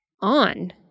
on